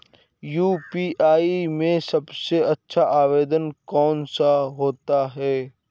UPI में सबसे अच्छा आवेदन कौन सा होता है?